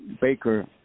Baker